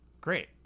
Great